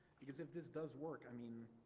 because if this does work i mean,